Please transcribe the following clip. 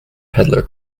peddler